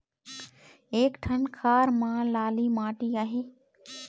एक ठन खार म लाली माटी आहे?